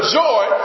joy